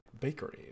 bakery